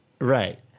Right